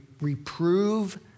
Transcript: Reprove